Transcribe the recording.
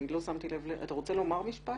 אתה רוצה לומר משפט?